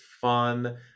fun